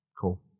Cool